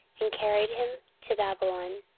and carried him to babylon.